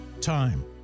Time